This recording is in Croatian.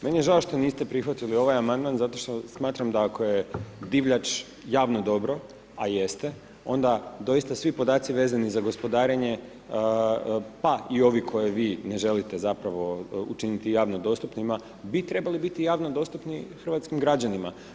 Meni je žao što niste prihvatili ovaj Amandman zato što smatram da ako je divljač javno dobro, a jeste, onda doista svi podaci vezani za gospodarenje, pa i ovi koje vi ne želite zapravo učiniti javno dostupnima, bi trebali biti javno dostupni hrvatskim građanima.